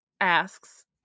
asks